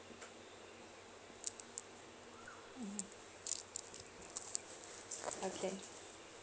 mmhmm okay